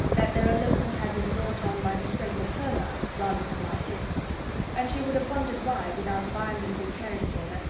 that their elopement had been brought on by the strength of her love, rather than by his and she would have wondered why, without violently caring for her,